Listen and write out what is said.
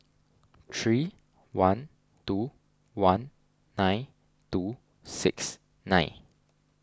three one two one nine two six nine